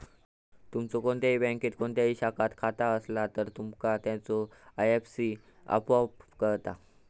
तुमचो कोणत्याही बँकेच्यो कोणत्याही शाखात खाता असला तर, तुमका त्याचो आय.एफ.एस.सी आपोआप कळता